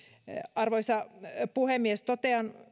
arvoisa puhemies totean